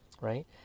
right